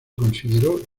consideró